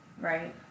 right